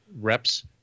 reps